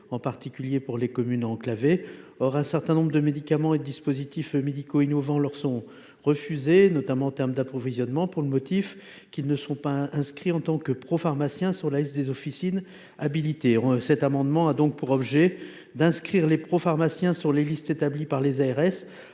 prescrivent à leurs patients. Or un certain nombre de médicaments et dispositifs médicaux innovants leur sont refusés, notamment en termes d’approvisionnement, par les fournisseurs pour le motif qu’ils ne sont pas inscrits en tant que propharmaciens sur la liste des officines habilitées. Cet amendement a donc pour objet d’inscrire les propharmaciens sur les listes établies par les ARS,